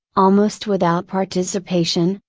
almost without participation,